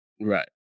Right